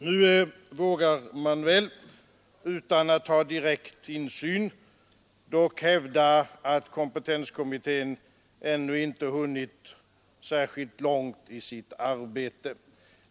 Nu vågar man väl, utan att ha direkt insyn, dock hävda att kompetenskommittén ännu inte hunnit särskilt långt i sitt arbete.